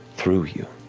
through you,